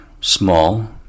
small